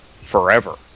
forever